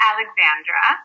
Alexandra